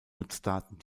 nutzdaten